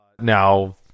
Now